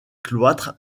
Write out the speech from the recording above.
cloître